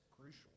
crucial